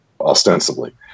ostensibly